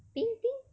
pink pink